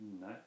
No